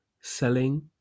selling